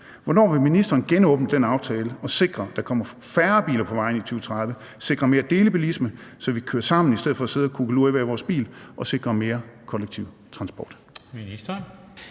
Hvornår vil ministeren genåbne den aftale og sikre, at der kommer færre biler på vejene i 2030, sikre mere delebilisme, så vi kører sammen i stedet for at sidde og kukkelure i hver vores bil, og sikre mere kollektiv transport?